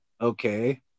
okay